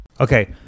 Okay